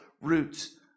roots